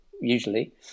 usually